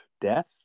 death